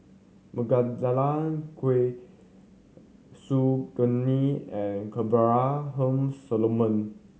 Khoo Su Guaning and Abraham Solomon